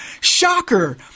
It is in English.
shocker